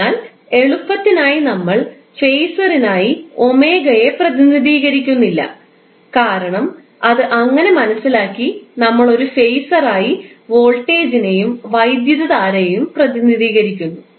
അതിനാൽ എളുപ്പത്തിനായി നമ്മൾ ഫേസറിനായി ഒമേഗയെ പ്രതിനിധീകരിക്കുന്നില്ല കാരണം അത് അങ്ങനെ മനസിലാക്കി നമ്മൾ ഒരു ഫേസറായി വോൾട്ടേജിനെയും വൈദ്യുതധാരയെയും പ്രതിനിധീകരിക്കുന്നു